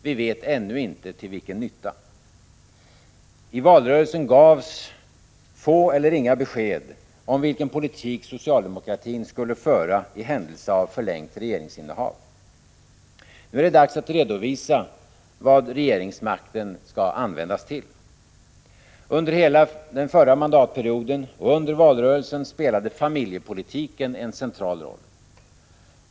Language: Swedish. Vi vet ännu inte till vilken nytta. I valrörelsen gavs få eller inga besked om vilken politik socialdemokratin skulle föra i händelse av förlängt regeringsinnehav. Nu är det dags att redovisa vad regeringsmakten skall användas till. Under hela den förra mandatperioden och under valrörelsen spelade familjepolitiken en central roll.